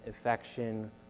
affection